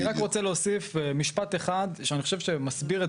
אני רק רוצה להוסיף משפט אחד שאני חושב שמסביר את